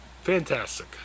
Fantastic